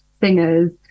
singers